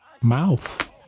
mouth